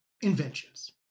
inventions